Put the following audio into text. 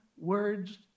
words